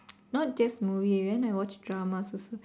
not just movie when I watch dramas also